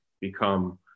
become